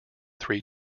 three